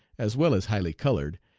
as well as highly colored,